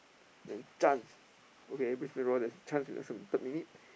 then chance okay Brisbane-Roar there's chance in <UNK third minute